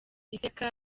iteka